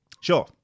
Sure